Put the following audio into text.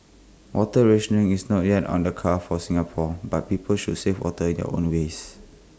water rationing is not yet on the cards for Singapore but people should save water in their own ways